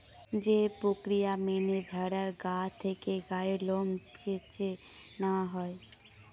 যে প্রক্রিয়া মেনে ভেড়ার গা থেকে গায়ের লোম চেঁছে নেওয়া হয়